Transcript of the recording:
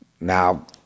Now